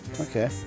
Okay